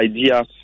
idea